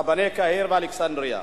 רבני קהיר ואלכסנדרייה.